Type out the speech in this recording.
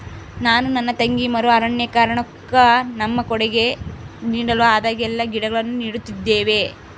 ನಾನು ನನ್ನ ತಂಗಿ ಮರು ಅರಣ್ಯೀಕರಣುಕ್ಕ ನಮ್ಮ ಕೊಡುಗೆ ನೀಡಲು ಆದಾಗೆಲ್ಲ ಗಿಡಗಳನ್ನು ನೀಡುತ್ತಿದ್ದೇವೆ